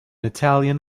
italian